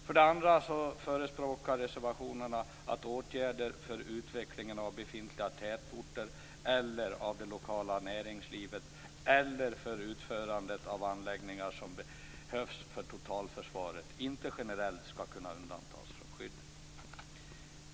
För det andra förespråkar reservanterna att åtgärder för utvecklingen av befintliga tätorter eller av det lokala näringslivet eller för utförandet av anläggningar som behövs för totalförsvaret inte generellt ska kunna undantas från skyddet.